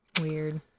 weird